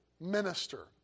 minister